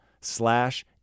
slash